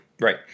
Right